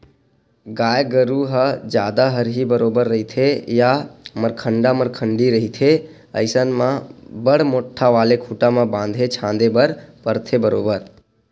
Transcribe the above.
गाय गरु ह जादा हरही बरोबर रहिथे या मरखंडा मरखंडी रहिथे अइसन म बड़ मोट्ठा वाले खूटा म बांधे झांदे बर परथे बरोबर